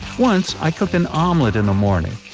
once i cooked an omelet in the morning,